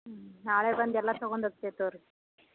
ಹ್ಞೂ ನಾಳೆ ಬಂದು ಎಲ್ಲ ತೊಗೊಂಡ್ ಹೋಗ್ತೇವೆ ತಗೋರಿ